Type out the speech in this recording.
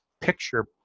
picture